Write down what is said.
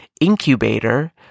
incubator